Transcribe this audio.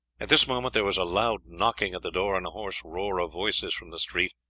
at this moment there was a loud knocking at the door and hoarse roar of voices from the street.